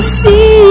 see